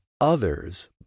others